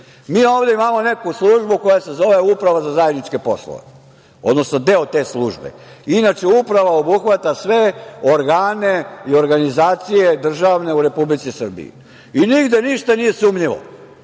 ovde imamo neku službu koja se zove Uprava za zajedničke poslove, odnosno deo te službe. Inače, Uprava obuhvata organe i organizacije državne u Republici Srbiji i nigde ništa nije sumnjivo,